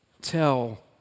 tell